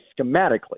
schematically